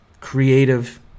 creative